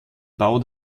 bau